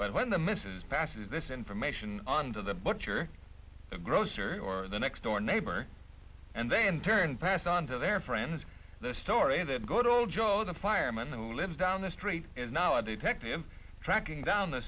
but when the mrs passes this information on to the butcher the grocery or the next door neighbor and they in turn passed on to their friends the story that good old joe the fireman and lives down the street is now a detective in tracking down